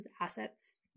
assets